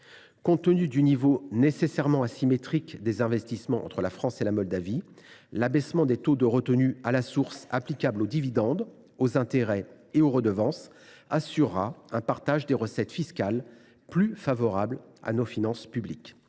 Compte tenu du niveau nécessairement asymétrique des investissements entre la France et la Moldavie, l’abaissement des taux de retenue à la source applicables aux dividendes, aux intérêts et aux redevances assurera un partage des recettes fiscales plus favorable à nos finances publiques.